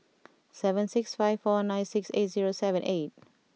seven six five four nine six eight zero seven eight